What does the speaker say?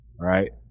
right